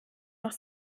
noch